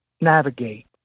navigate